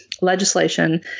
legislation